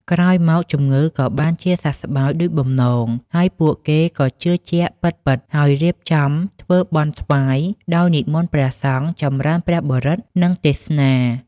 ក្រោយមកជំងឺក៏បានជាសះស្បើយដូចបំណង ហើយពួកគេក៏ជឿជាក់ពិតៗ ហើយរៀបចំធ្វើបុណ្យថ្វាយ ដោយនិមន្តព្រះសង្ឃចម្រើនព្រះបរិត្ត និងទេសនា។